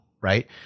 Right